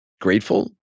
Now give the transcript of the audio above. grateful